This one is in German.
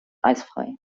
eisfrei